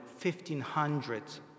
1,500